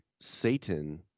Satan